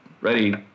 ready